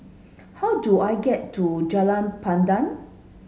how do I get to Jalan Pandan